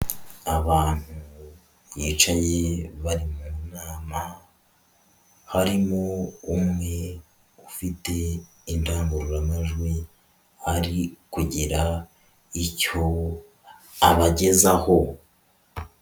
Abantu bicaye bari mu nama harimo umwe ufite indangururamajwi ari kugira icyo abagezaho.